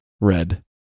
Red